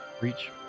Reach